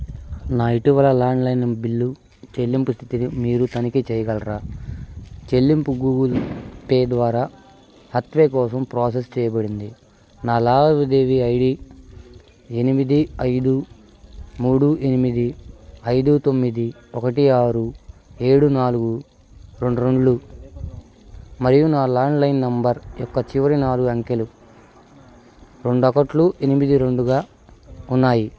నా ఇటీవల landline bill చెల్లింపు స్థితిని మీరు తనిఖీ చేయగలరా చెల్లింపు గూగుల్ పే ద్వారా హాత్వే కోసం ప్రాసెస్ చేయబడింది నా లావాదేవీ ఐ డీ ఎనిమిది ఐదు మూడు ఎనిమిది ఐదు తొమ్మిది ఒకటి ఆరు ఏడు నాలుగు రెండు రెండులు మరియు నా ల్యాండ్లైన్ నెంబర్ యొక్క చివరి నాలుగు అంకెలు రెండు ఒకట్లు ఎనిమిది రెండుగా ఉన్నాయి